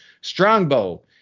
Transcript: Strongbow